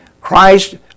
Christ